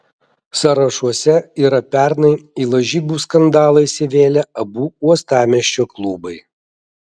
sąrašuose yra pernai į lažybų skandalą įsivėlę abu uostamiesčio klubai